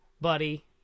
buddy